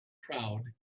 crowd